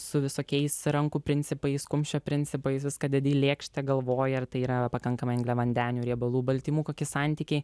su visokiais rankų principais kumščio principai viską dedi į lėkštę galvoji ar tai yra pakankamai angliavandenių riebalų baltymų kokie santykiai